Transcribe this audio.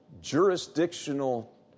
jurisdictional